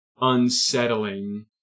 unsettling